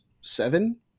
seven